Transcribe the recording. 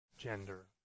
gender